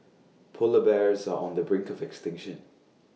Polar Bears are on the brink of extinction